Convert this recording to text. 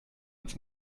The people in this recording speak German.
uns